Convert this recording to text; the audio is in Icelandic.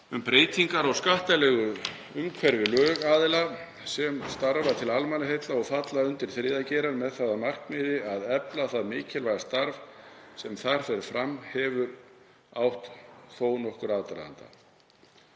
um breytingar á skattalegu umhverfi lögaðila sem starfa til almannaheilla og falla undir þriðja geirann, með það að markmiði að efla það mikilvæga starf sem þar fer fram, hefur átt nokkurn aðdraganda.